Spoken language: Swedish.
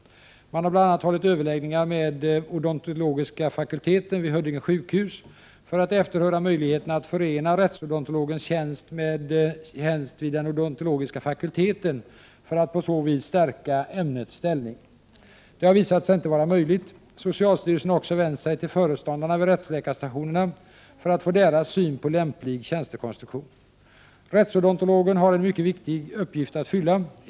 Man har bl.a. hållit överläggningar med odontologiska fakulteten vid Huddinge sjukhus för att efterhöra möjligheterna att förena Prot. 1988/89:122 rättsodontologens tjänst med tjänst vid den odontologiska fakulteten för att 26 maj 1989 på så vis stärka ämnets ställning. Det har visat sig inte vara möjligt. Socialstyrelsen har också vänt sig till föreståndarna vid rättsläkarstationerna för att få deras syn på lämplig tjänstekonstruktion. Rättsodontologen har en mycket viktig uppgift att fylla.